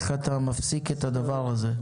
איך אתה מפסיק את הדבר הזה.